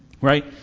Right